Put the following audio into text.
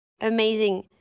amazing